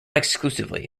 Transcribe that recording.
exclusively